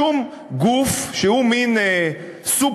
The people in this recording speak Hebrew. שום גוף שהוא מין סופרמן-על,